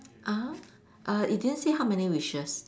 uh err it didn't say how many wishes